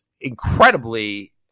incredibly